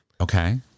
Okay